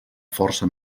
força